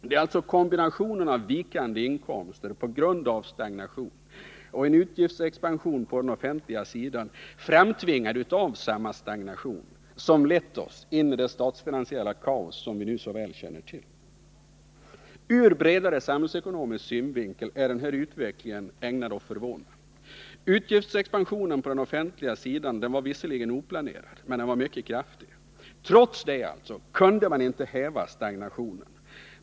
Det är alltså kombinationen av vikande inkomst på grund av stagnationen och en utgiftsexpansion på den offentliga sidan framtvingad av samma stagnation som lett oss in i det statsfinansiella kaos som vi nu så väl känner till. Ur bredare samhällsekonomisk synvinkel är utvecklingen också ägnad att förvåna. Utgiftsexpansionen på den offentliga sidan var visserligen oplanerad, men den var mycket kraftig. Trots detta kunde den ekonomiska stagnationen inte hävas.